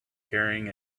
carrying